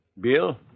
Bill